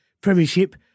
Premiership